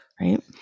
right